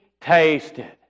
tasted